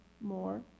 more